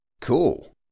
Cool